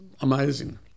amazing